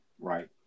right